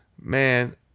Man